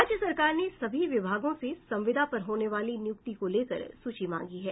राज्य सरकार ने सभी विभागां से संविदा पर होने वाली नियुक्ति को लेकर सूची मांगी है